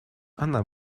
она